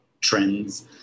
trends